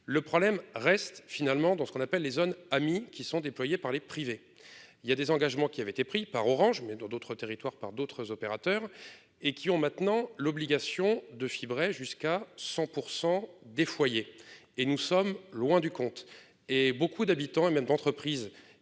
le problème reste finalement dans ce qu'on appelle les zones amis qui sont déployés par les privés. Il y a des engagements qui avaient été pris par Orange mais dans d'autres territoires par d'autres opérateurs et qui ont maintenant l'obligation de fibrer jusqu'à 100 pour % des foyers et nous sommes loin du compte et beaucoup d'habitants et même d'entreprise